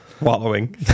Wallowing